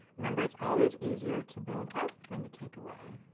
remember, it's always easier to build up than to take away.